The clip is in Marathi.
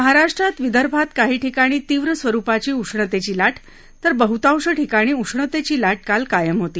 महाराष्ट्रात विदर्भात काही ठिकाणी तीव्र स्वरुपाची उष्णतेची लाट तर बहुतांश ठिकाणी उष्णतेची लाट काल कायम होती